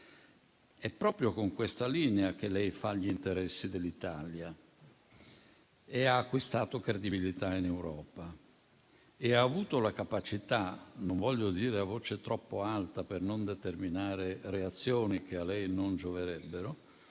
È proprio con questa linea che lei fa gli interessi dell'Italia e ha acquistato credibilità in Europa. Ha avuto la capacità - non lo voglio dire a voce troppo alta, per non determinare reazioni che a lei non gioverebbero